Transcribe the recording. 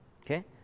okay